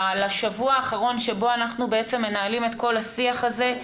לשבוע האחרון שבו אנחנו בעצם מנהלים את כל השיח הזה,